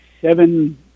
seven